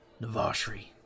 Navashri